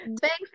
thanks